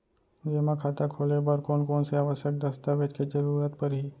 जेमा खाता खोले बर कोन कोन से आवश्यक दस्तावेज के जरूरत परही?